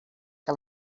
que